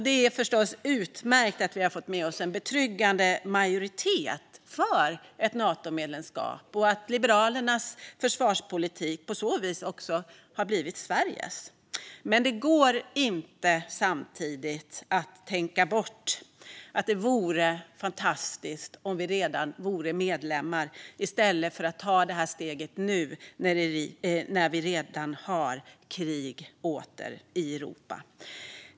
Det är förstås utmärkt att vi har fått med oss en betryggande majoritet för ett Natomedlemskap och att Liberalernas försvarspolitik på så vis också har blivit Sveriges. Men det går inte att samtidigt tänka bort att det vore fantastiskt om vi redan vore medlemmar i stället för att ta detta steg nu när vi redan åter har krig i Europa.